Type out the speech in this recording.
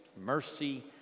mercy